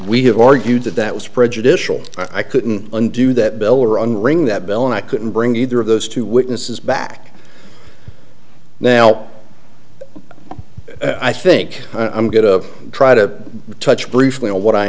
we have argued that that was prejudicial i couldn't undo that bill or unring that bell and i couldn't bring either of those two witnesses back now i think i'm going to try to touch briefly on what i